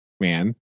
man